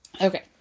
Okay